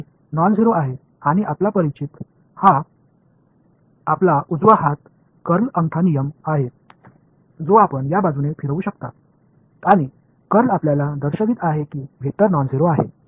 இது பூஜ்ஜியமற்றது மற்றும் இது உங்களுக்கு மிகவும் பரிட்சயமான வலது கை கர்ல் தம்ப் ரூல் வகை நீங்கள் இதை இதனுடன் திருப்பலாம் மற்றும் இந்த கர்ல் எங்கு வெக்டர் பூஜ்ஜியம் அற்றதாக இருக்கிறது என்பதை உங்களுக்குக் காட்டுகிறது